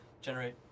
generate